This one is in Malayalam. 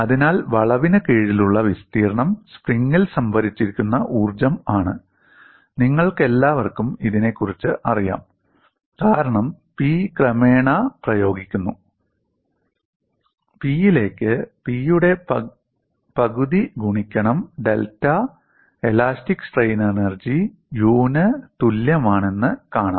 അതിനാൽ വളവിന് കീഴിലുള്ള വിസ്തീർണ്ണം സ്പ്രിങ്ങിൽ സംഭരിച്ചിരിക്കുന്ന ഊർജ്ജം ആണ് നിങ്ങൾക്കെല്ലാവർക്കും ഇതിനെക്കുറിച്ച് അറിയാം കാരണം P ക്രമേണ പ്രയോഗിക്കുന്നു യിലേക്ക് P യുടെ പകുതി ഗുണിക്കണം delta elastic strain energy 'U' തുല്യമാണെന്ന് കാണാം